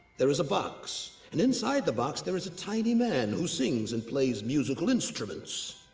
there is a box. and inside the box there is a tiny man who sings and plays musical instruments.